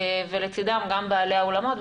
ולצדם גם בעלי האולמות.